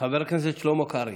חבר הכנסת שלמה קרעי,